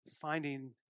finding